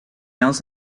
males